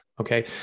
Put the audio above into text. Okay